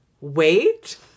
Wait